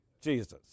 Jesus